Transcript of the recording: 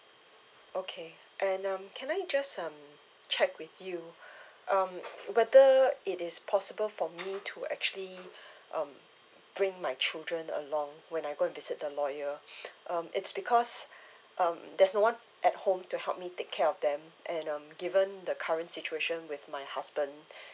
okay and um can I just um check with you um whether it is possible for me to actually um bring my children along when I go and visit the lawyer um it's because um there's no one at home to help me take care of them and um given the current situation with my husband